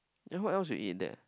then what else you eat there